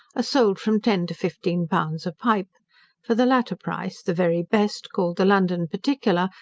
sold from ten to fifteen pounds a pipe for the latter price, the very best, called the london particular,